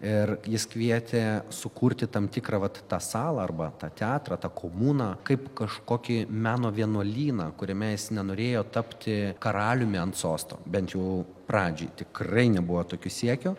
ir jis kvietė sukurti tam tikrą vat tą salą arba tą teatrą tą komuną kaip kažkokį meno vienuolyną kuriame jis nenorėjo tapti karaliumi ant sosto bent jau pradžiai tikrai nebuvo tokio siekio